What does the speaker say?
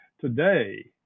today